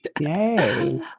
Yay